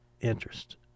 interest